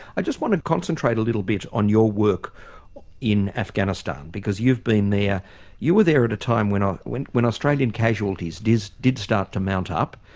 i just want to concentrate a little bit on your work in afghanistan because you've been there you were there at a time when ah when australian casualties did did start to mount up.